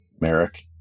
Merrick